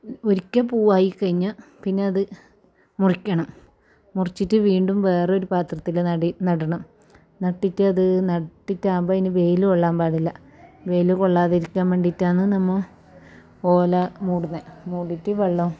ഒരിക്കൽ പൂവായി കഴിഞ്ഞാൽ പിന്നെ അത് മുറിക്കണം മുറിച്ചിട്ട് വീണ്ടും വേറെ ഒരു പാത്രത്തിൽ നടി നടണം നട്ടിട്ട് അത് നട്ടിട്ട് ആകുമ്പോഴതിന് അതിന് വെയിൽ കൊള്ളാൻ പാടില്ല വെയിൽ കൊള്ളാതിരിക്കാൻ വേണ്ടിയിട്ട് ആണ് നമ്മൾ ഓല മൂടുന്നത് മൂടിയിട്ട് വെള്ളം